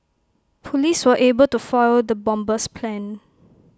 Police were able to foil the bomber's plan